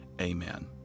Amen